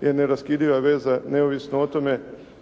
je neraskidiva veza neovisno o tome